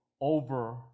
over